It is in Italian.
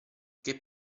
che